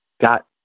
got